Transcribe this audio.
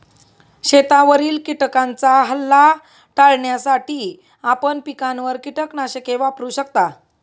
शेतावरील किटकांचा हल्ला टाळण्यासाठी आपण पिकांवर कीटकनाशके वापरू शकता